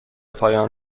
پایان